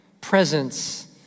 presence